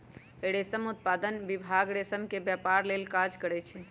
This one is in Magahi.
रेशम उत्पादन विभाग रेशम के व्यपार लेल काज करै छइ